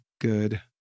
good